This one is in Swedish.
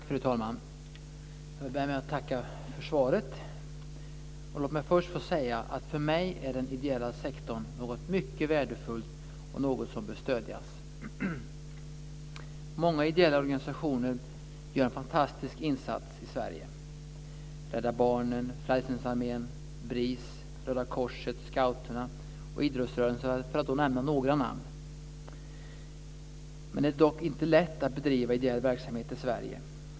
Fru talman! Jag börjar med att tacka för svaret. Låt mig först få säga att för mig är den ideella sektorn något mycket värdefullt och något som bör stödjas. Många ideella organisationer gör en fantastisk insats i Sverige. Det är Rädda Barnen, Frälsningsarmén, BRIS, Röda korset, scouterna och idrottsrörelsen - för att nämna några namn. Det är dock inte lätt att bedriva ideell verksamhet i Sverige.